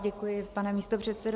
Děkuji, pane místopředsedo.